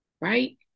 right